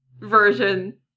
version